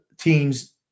teams